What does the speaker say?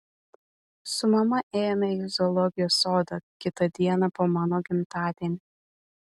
su mama ėjome į zoologijos sodą kitą dieną po mano gimtadienio